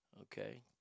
Okay